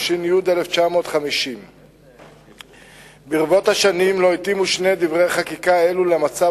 התש"י 1950. ברבות השנים לא התאימו שני דברי חקיקה אלו למצב